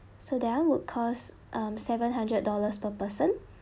so that one would cost um seven hundred dollars per person